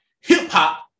Hip-hop